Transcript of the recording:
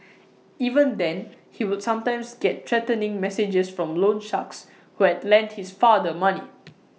even then he would sometimes get threatening messages from loan sharks who had lent his father money